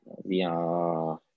Via